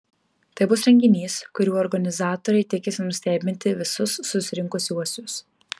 tai bus renginys kuriuo organizatoriai tikisi nustebinti visus susirinkusiuosius